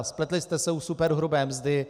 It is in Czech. Spletli jste se u superhrubé mzdy.